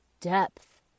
depth